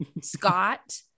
Scott